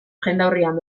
jendaurrean